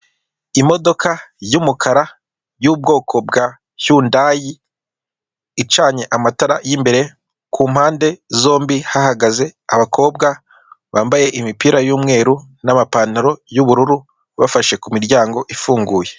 Imodoka y'umukara yubwoko bwa yundayi icanye amatara yimbere kumpande zombi hahagaze abakobwa bambaye imipira y'umweru n'amapantaro y'ubururu bafashe kumiryango ifunguye.